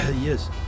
Yes